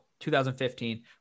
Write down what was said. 2015